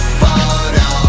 photo